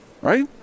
right